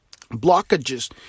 blockages